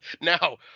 now